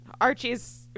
Archie's